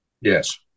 Yes